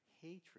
hatred